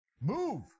Move